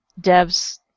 devs